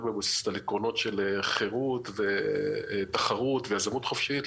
על עקרונות של חירות ותחרות ויזמות חופשית,